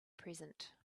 present